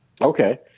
Okay